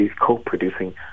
co-producing